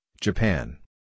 Japan